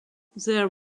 their